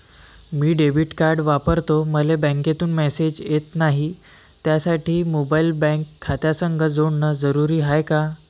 मी debit card वापरतो मले बँकेतून मॅसेज येत नाही, त्यासाठी मोबाईल बँक खात्यासंग जोडनं जरुरी हाय का?